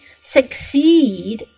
succeed